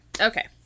Okay